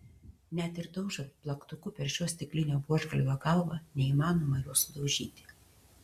net ir daužant plaktuku per šio stiklinio buožgalvio galvą neįmanoma jo sudaužyti